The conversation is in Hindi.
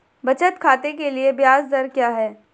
बचत खाते के लिए ब्याज दर क्या है?